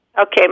Okay